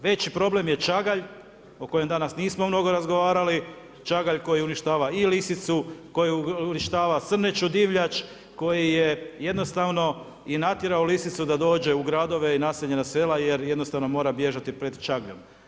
Već problem je čagalj o kojem danas nismo mnogo razgovarali, čagalj koji uništava i lisicu, koji uništava srneću divljač, koji je jednostavno i natjerao lisicu da dođe u gradove i naseljena sela jer jednostavno mora bježati pred čagljem.